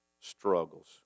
struggles